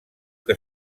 que